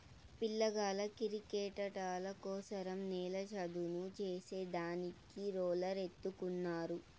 పిల్లగాళ్ళ కిరికెట్టాటల కోసరం నేల చదును చేసే దానికి రోలర్ ఎత్తుకున్నారు